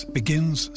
begins